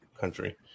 country